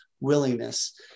willingness